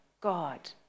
God